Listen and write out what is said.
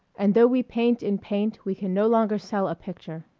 and though we paint and paint we can no longer sell a picture.